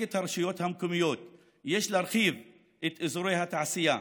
את הרשויות המקומיות יש להרחיב את אזורי התעשייה,